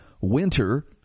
winter